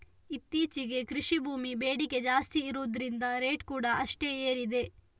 ಇತ್ತೀಚೆಗೆ ಕೃಷಿ ಭೂಮಿ ಬೇಡಿಕೆ ಜಾಸ್ತಿ ಇರುದ್ರಿಂದ ರೇಟ್ ಕೂಡಾ ಅಷ್ಟೇ ಏರಿದೆ